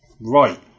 right